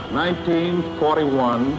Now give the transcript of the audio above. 1941